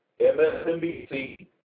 MSNBC